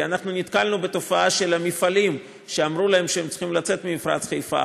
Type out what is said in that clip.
כי נתקלנו בתופעה של המפעלים שאמרו להם שהם צריכים לצאת ממפרץ חיפה,